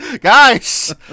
Guys